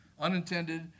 Unintended